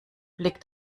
blick